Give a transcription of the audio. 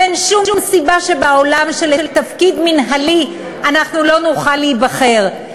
ואין שום סיבה שבעולם שלתפקיד מינהלי אנחנו לא נוכל להיבחר.